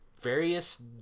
various